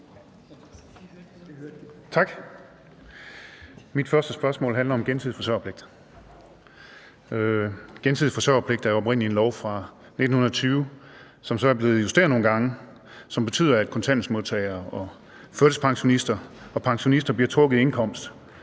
Mit første spørgsmål handler om gensidig forsørgerpligt. Gensidig forsørgerpligt er jo oprindelig en lov fra 1920, som så er blevet justeret nogle gange, og som betyder, at kontanthjælpsmodtagere og førtidspensionister og pensionister bliver trukket i indkomst,